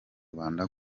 rwanda